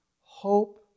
Hope